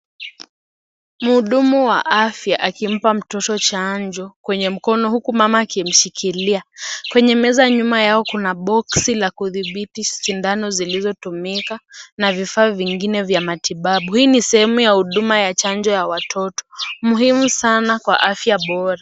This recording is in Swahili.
Muhudumu wa afya akimpa mtoto chanjo kwenye mkono huku mama akimshikilia. Kwenye meza nyuma yao kuna boksi la kudhibiti sindano zilizotumika na vifaa vingine vya matibabu. Hii ni sehemu ya huduma ya chanjo ya watoto, muhimu sana kwa afya bora.